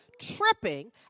tripping